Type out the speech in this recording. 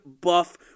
buff